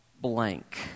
blank